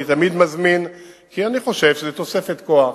אני תמיד מזמין, כי אני חושב שזו תוספת כוח.